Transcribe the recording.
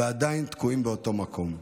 ועדיין תקועים באותו מקום.